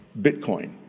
Bitcoin